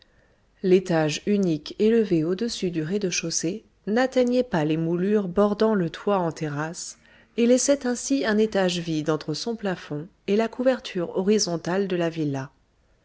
l'étage unique élevé au-dessus du rez-de-chaussée n'atteignait pas les moulures bordant le toit en terrasse et laissait ainsi un étage vide entre son plafond et la couverture horizontale de la villa